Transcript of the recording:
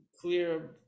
clear